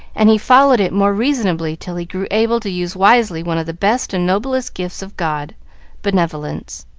and he followed it more reasonably till he grew able to use wisely one of the best and noblest gifts of god benevolence.